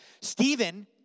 Stephen